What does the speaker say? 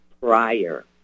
prior